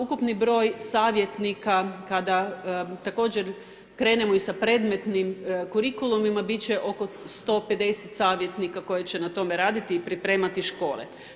Ukupni broj savjetnika kada također krenemo i sa predmetnim kurikulumima biti će oko 150 savjetnika koje će na tome raditi i pripremati škole.